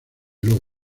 lobo